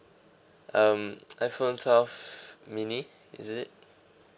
um iPhone twelve mini is it